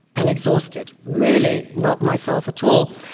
and exhausted. really not myself at all.